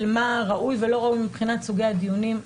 מה ראוי ולא ראוי מבחינת סוגי הדיונים.